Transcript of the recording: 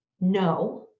no